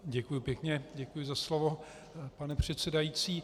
Děkuji pěkně, děkuji za slovo, pane předsedající.